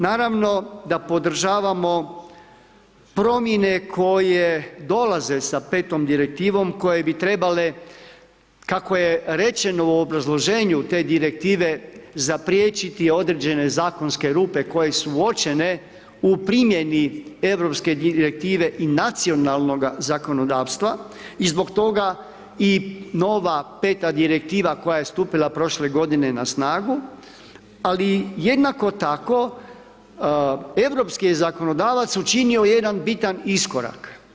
Naravno da podržavamo promjene koje dolaze sa 5. Direktivom koje bi trebale, kako je rečeno u obrazloženju te Direktive zapriječiti određene zakonske rupe koje su uočene u primjeni europske direktive i nacionalnoga zakonodavstva i zbog toga i nova 5. Direktiva koja je stupila prošle godine na snagu, ali jednako tako europski je zakonodavac učinio jedan bitan iskorak.